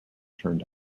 turned